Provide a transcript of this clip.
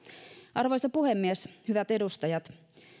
arvoisa puhemies hyvät edustajat